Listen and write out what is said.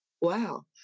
Wow